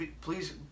please